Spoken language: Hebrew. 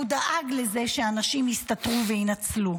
הוא דאג לזה שאנשים יסתתרו ויינצלו.